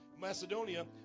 Macedonia